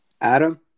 adam